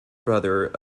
brother